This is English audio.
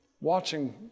watching